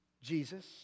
Jesus